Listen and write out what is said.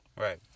Right